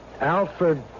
Alfred